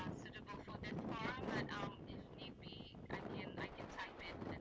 um suitable for this forum, but if need be, i can i can type it.